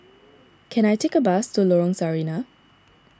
can I take a bus to Lorong Sarina